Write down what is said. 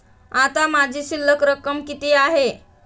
आता माझी शिल्लक रक्कम किती आहे?